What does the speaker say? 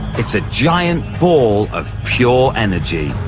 it's a giant ball of pure energy.